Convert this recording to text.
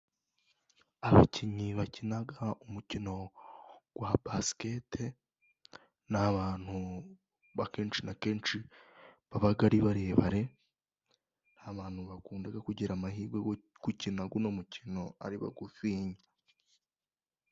Abakinnyi bakina umukino wa basikete ni abantu kenenshi na kenshi baba ari barebare. Nta bantu bakunda kugira amahirwe yo gukina uyu mukino ari bagufiya.